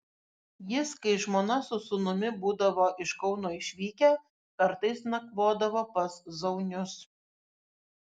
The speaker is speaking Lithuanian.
jis kai žmona su sūnumi būdavo iš kauno išvykę kartais nakvodavo pas zaunius